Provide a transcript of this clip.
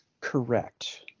Correct